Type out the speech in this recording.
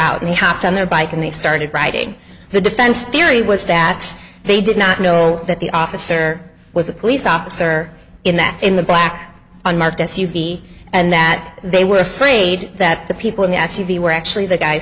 out and he hopped on their bike and they started writing the defense theory was that they did not know that the officer was a police officer in that in the black unmarked s u v and that they were afraid that the people in the s u v were actually the guy